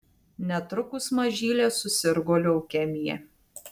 netrukus mažylė susirgo leukemija